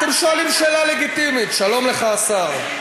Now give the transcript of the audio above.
אתם שואלים שאלה לגיטימית, שלום לך השר.